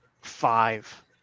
five